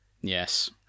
Yes